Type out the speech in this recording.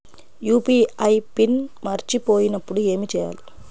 UPI PIN మరచిపోయినప్పుడు ఏమి చేయాలి?